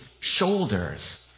shoulders